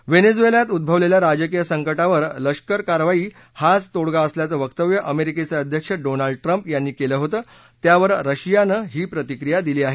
व्हिएनझुएलात उड्रवलेल्या राजकीय संकटावर लष्कर कारवाई हाच तोङगा असल्याचं वक्तव्य अमेरिकेचे अध्यक्ष डोनाल्ड ट्रम्प यांनी केलं होतं त्यावर रशियानं ही प्रतिक्रिया दिली आहे